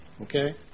Okay